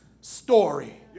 story